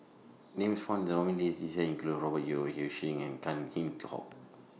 Names found in The nominees' list This Year include Robert Yeo Ng Yi Sheng and Tan Kheam Hock